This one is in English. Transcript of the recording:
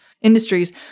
industries